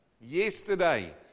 yesterday